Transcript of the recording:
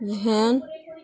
van